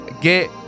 get